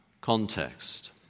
context